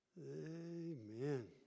Amen